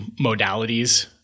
modalities